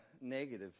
negative